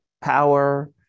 power